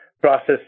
process